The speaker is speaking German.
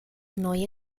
neue